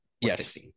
Yes